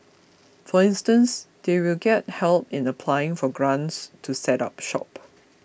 for instance they will get help in applying for grants to set up shop